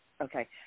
okay